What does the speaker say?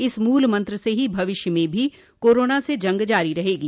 इस मूल मंत्र से ही भविष्य में भी कोरोना से जंग जारी रहेगी